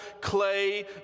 clay